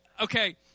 okay